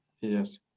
Yes